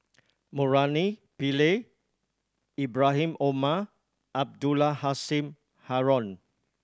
Murali Pillai Ibrahim Omar Abdul Halim Haron